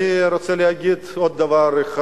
אני רוצה להגיד עוד דבר אחד.